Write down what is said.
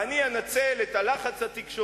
ואני אנצל את הלחץ התקשורתי,